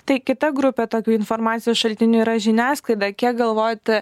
tai kita grupė tokių informacijos šaltinių yra žiniasklaida kiek galvojate